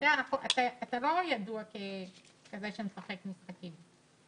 אתה לא ידוע ככזה שמשחק משחקים,